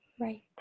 Right